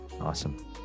Awesome